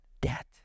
debt